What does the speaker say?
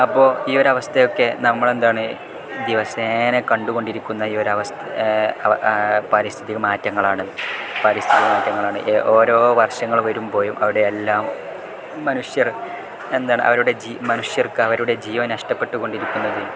അപ്പോൾ ഈ ഒരവസ്ഥയൊക്കെ നമ്മളെന്താണ് ദിവസേനെ കണ്ടുകൊണ്ടിരിക്കുന്ന ഈയൊരവസ്ഥ പാരിസ്ഥിതിക മാറ്റങ്ങളാണ് പാരിസ്ഥിതി മാറ്റങ്ങളാണ് ഓരോ വർഷങ്ങൾ വരുമ്പോഴും അവിടെയെല്ലാം മനുഷ്യർ എന്താണ് അവരുടെ മനുഷ്യർക്ക് അവരുടെ ജീവൻ നഷ്ടപ്പെട്ടുുകൊണ്ടിരിക്കുന്നത്